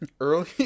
early